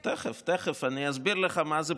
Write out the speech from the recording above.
תכף, תכף אני אסביר לך מה זה.